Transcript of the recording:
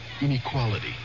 inequality